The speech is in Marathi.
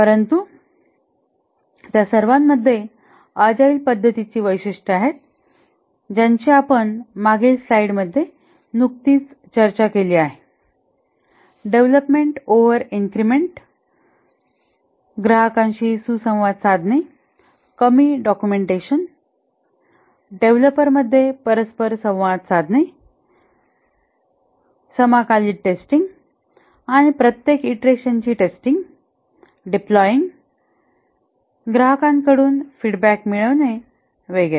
परंतु त्या सर्वांमध्ये अजाईल पद्धतीची वैशिष्ट्ये आहेत ज्यांची आपण मागील स्लाइडमध्ये नुकतीच चर्चा केली आहे डेव्हलपमेंट ओव्हर इन्क्रिमेंट ग्राहकांशी सुसंवाद साधणे कमी डॉक्युमेंटेशन डेव्हलपरमध्ये परस्पर संवाद साधणे समाकलित टेस्टिंग किंवा प्रत्येक ईंटरेशनची टेस्टिंग डिप्लॉयिंग ग्राहकांकडून फीडबॅक मिळवणे वगैरे